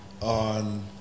on